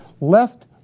left